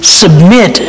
submit